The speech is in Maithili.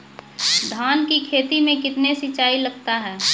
धान की खेती मे कितने सिंचाई लगता है?